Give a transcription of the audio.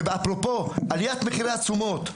אפרופו עליית מחירי התשומות,